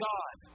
God